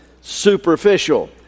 superficial